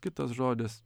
kitas žodis